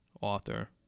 author